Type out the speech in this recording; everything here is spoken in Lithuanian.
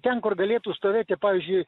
ten kur galėtų stovėti pavyzdžiui